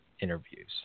interviews